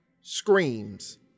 screams